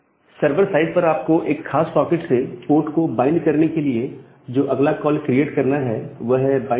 server side पर आपको एक खास सॉकेट से पोर्ट को बाइंड करने के लिए जो अगला कॉल क्रिएट करना है वह है बाइंड कॉल